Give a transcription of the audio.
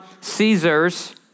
Caesar's